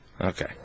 Okay